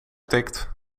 tikt